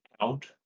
out